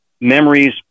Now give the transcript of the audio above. memories